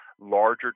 larger